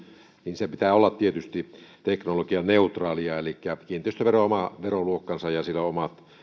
niin sen pitää olla tietysti teknologianeutraalia elikkä kiinteistövero on oma veroluokkansa ja sillä on omat